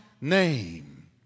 name